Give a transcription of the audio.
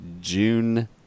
june